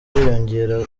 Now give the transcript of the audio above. wiyongera